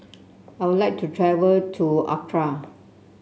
I would like to travel to Accra